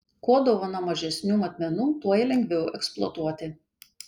kuo dovana mažesnių matmenų tuo ją lengviau eksploatuoti